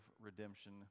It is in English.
redemption